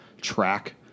track